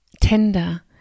tender